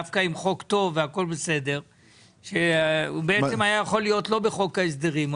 דווקא עם חוק טוב הוא יכול היה לא להיות בחוק ההסדרים,